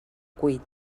cuit